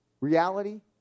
Reality